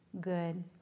good